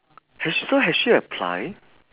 has so has she apply